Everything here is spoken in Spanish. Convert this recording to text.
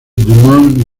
dumont